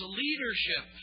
leadership